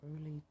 early